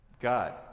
God